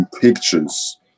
pictures